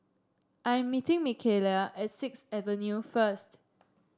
I am meeting Mikaela at Sixth Avenue first